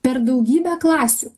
per daugybę klasių